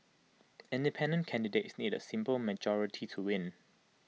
independent candidates need A simple majority to win